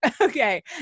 okay